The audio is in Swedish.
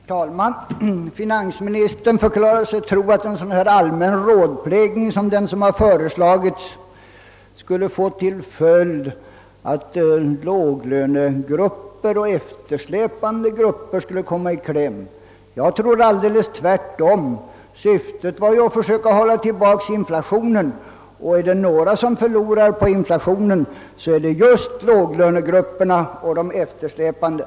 Herr talman! Finansministern förklarade sig tro att en allmän rådplägning som den här föreslagna skulle få till följd att låglönegrupperna och eftersläpande grupper skulle komma i kläm. Jag tror att det är tvärtom. Syftet skulle ju vara att hålla tillbaka inflationen, och om någon förlorar på inflationen så är det just låglönegrupperna och de eftersläpande.